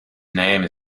name